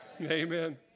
Amen